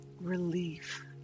relief